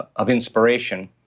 ah of inspiration